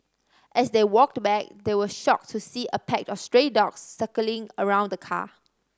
as they walked back they were shocked to see a pack of stray dogs circling around the car